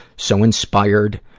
so inspired,